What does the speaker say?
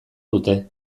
dute